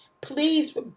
Please